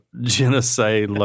Genesee